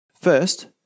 First